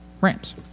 Rams